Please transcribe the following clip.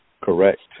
Correct